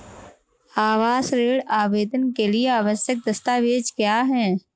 आवास ऋण आवेदन के लिए आवश्यक दस्तावेज़ क्या हैं?